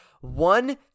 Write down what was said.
one